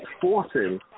forcing